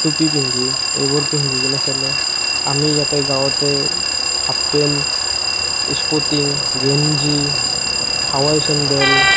টুপি পিন্ধি এইবোৰ পিন্ধিকেনে খেলে আমি ইয়াতে গাঁৱতে হাফ পেণ্ট স্পৰ্টিং গেঞ্জি হাৱাই চেণ্ডেল